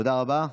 תודה רבה.